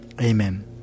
Amen